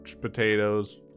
potatoes